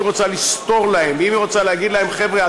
רוצה לסטור להם ואם היא רוצה להגיד להם: חבר'ה,